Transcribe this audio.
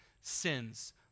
sins